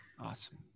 Awesome